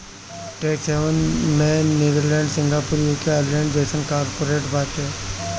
tax haven में Netherlands, Singapore, UK, Ireland जइसन corporate बाने